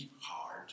hard